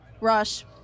Rush